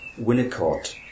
Winnicott